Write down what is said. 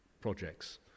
projects